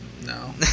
No